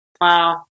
Wow